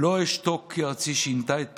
"לא אשתוק, כי ארצי / שינתה את פניה.